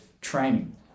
training